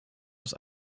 aus